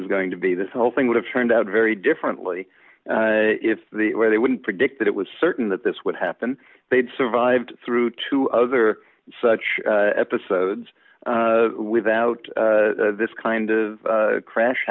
was going to be this whole thing would have turned out very differently if the where they wouldn't predict that it was certain that this would happen they'd survived through two other such episodes without this kind of crash